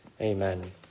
amen